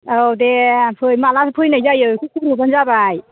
औ दे फै माला फैनाय जायो एसे खबर हरबानो जाबाय